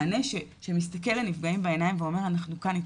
מענה שמסתכל לנפגעים בעיניים ואומר 'אנחנו כאן איתך',